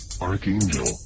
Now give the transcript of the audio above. Archangel